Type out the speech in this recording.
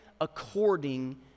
according